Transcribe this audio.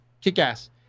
Kick-Ass